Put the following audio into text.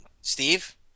Steve